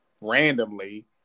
randomly